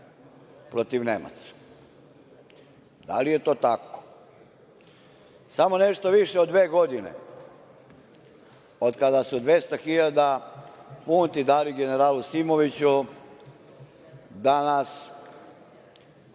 protiv Nemaca. Da li je to tako? Samo nešto više od dve godine otkada su 200.000 funti dali generalu Simoviću da nas